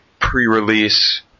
pre-release